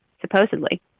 supposedly